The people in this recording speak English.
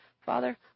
Father